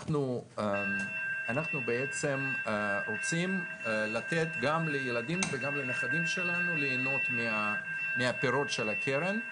אנחנו בעצם רוצים לתת גם לילדים וגם לנכדים שלנו ליהנות מפירות הקרן.